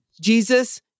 Jesus